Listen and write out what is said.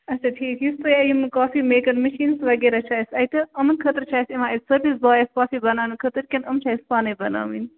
اچھا ٹھیٖک یُس تۄہہِ یِمہٕ کافی میکَر مِشیٖنٕز وَغیرہ چھُ اَسہِ اَتہِ یِمَن خٲطرٕ چھِ اَسہِ یِوان اَسہِ سٔروِس بایَس کافی بَناونہٕ خٲطرٕ کِنہٕ یِم چھِ اَسہِ پانَے بَناوٕنۍ